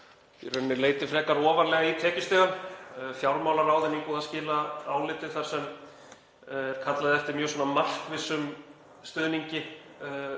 leiti frekar ofarlega í tekjustigann. Fjármálaráð er nýbúið að skila áliti þar sem er kallað eftir mjög markvissum stuðningi